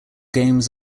games